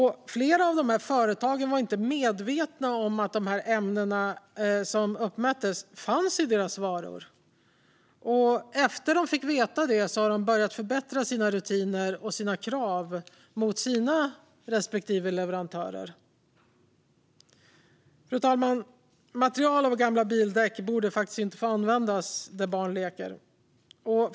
Flera av företagen var inte medvetna om att de ämnen som uppmättes fanns i deras varor. Efter att de fick veta det har de börjat förbättra sina rutiner och de krav de ställer på sina respektive leverantörer. Fru talman! Material av gamla bildäck borde faktiskt inte få användas där barn leker.